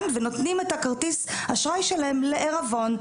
ונותנים את כרטיס האשראי שלהם לעירבון.